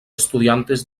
estudiantes